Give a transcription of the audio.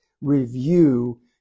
review